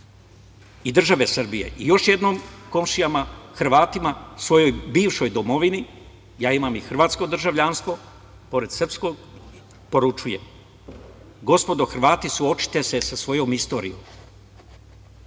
i države Srbije. Još jednom, komšijama Hrvatima, svojoj bivšoj domovini, ja imam i hrvatsko državljanstvo pored srpskog, poručujem – gospodo Hrvati, suočite se sa svojom istorijom.